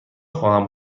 خواهم